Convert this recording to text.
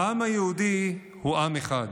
העם היהודי הוא עם אחד,